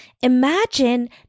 Imagine